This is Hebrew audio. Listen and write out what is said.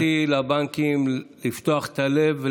קריאתי לבנקים לפתוח את הלב,